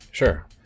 Sure